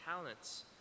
talents